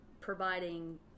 providing